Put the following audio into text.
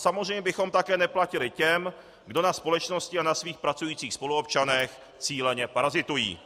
Samozřejmě bychom také neplatili těm, kdo na společnosti a na svých pracujících spoluobčanech cíleně parazitují.